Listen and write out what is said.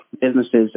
businesses